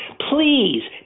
Please